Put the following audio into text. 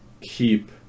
keep